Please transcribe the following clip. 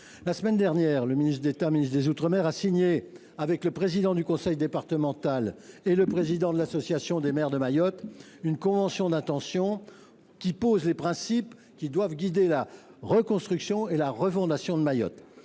La semaine dernière, le ministre d’État, ministre des outre mer a signé avec le président du conseil départemental et le président de l’association des maires de Mayotte une convention d’intention posant les principes qui doivent guider la reconstruction et la refondation de Mayotte.